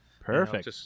Perfect